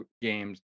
games